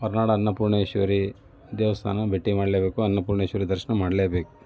ಹೊರನಾಡು ಅನ್ನಪೂರ್ಣೇಶ್ವರಿ ದೇವಸ್ಥಾನ ಭೇಟಿ ಮಾಡ್ಲೇಬೇಕು ಅನ್ನಪೂರ್ಣೇಶ್ವರಿ ದರ್ಶನ ಮಾಡ್ಲೇಬೇಕು